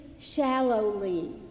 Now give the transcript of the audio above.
shallowly